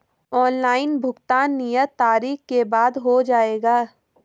Online भुगतान नियत तारीख के बाद हो जाएगा?